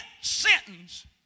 sentence